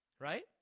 Right